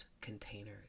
containers